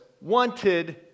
wanted